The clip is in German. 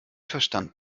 verstand